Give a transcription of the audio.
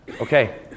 okay